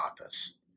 Office